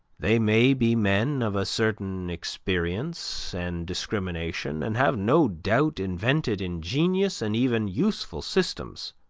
they may be men of a certain experience and discrimination, and have no doubt invented ingenious and even useful systems,